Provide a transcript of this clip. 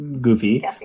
goofy